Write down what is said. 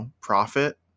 profit